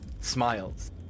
Smiles